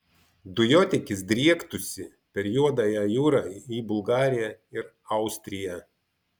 dujotiekis driektųsi per juodąją jūrą į bulgariją ir austriją